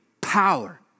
power